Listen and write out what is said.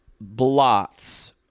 blots